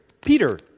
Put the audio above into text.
Peter